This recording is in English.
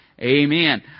Amen